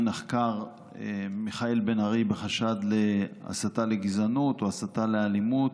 נחקר מיכאל בן ארי בחשד להסתה לגזענות או הסתה לאלימות,